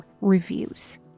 reviews